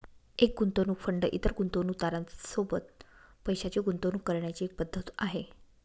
एक गुंतवणूक फंड इतर गुंतवणूकदारां सोबत पैशाची गुंतवणूक करण्याची एक पद्धत आहे